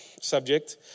subject